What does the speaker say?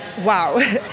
wow